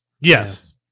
Yes